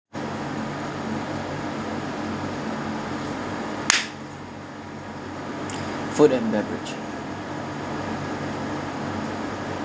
food and beverage